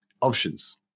options